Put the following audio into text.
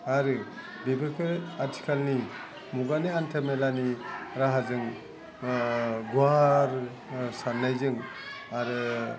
आरो बेफोरखौ आथिखालनि मुगानि हान्था मेलानि राहाजों गुवार सान्नायजों आरो